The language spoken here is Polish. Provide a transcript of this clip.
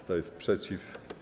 Kto jest przeciw?